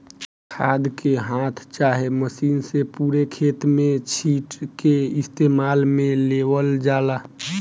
खाद के हाथ चाहे मशीन से पूरे खेत में छींट के इस्तेमाल में लेवल जाला